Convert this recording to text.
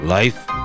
Life